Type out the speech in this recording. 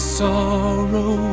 sorrow